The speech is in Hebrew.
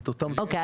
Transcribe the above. אוקיי.